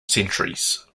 centuries